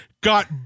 got